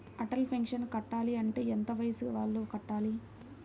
Atal pension కట్టాలి అంటే ఎంత వయసు వాళ్ళు కట్టాలి?